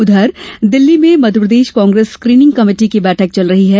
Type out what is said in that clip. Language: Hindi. उधर दिल्ली में मध्यप्रदेश कांग्रेस स्कीनिंग कमेटी की बैठक चल रही है